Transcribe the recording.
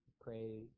pray